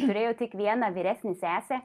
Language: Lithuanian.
turėjau tik vieną vyresnę sesę